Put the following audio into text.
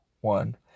one